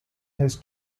his